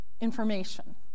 information